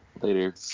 Later